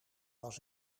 was